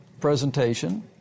presentation